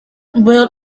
well